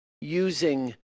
using